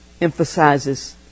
emphasizes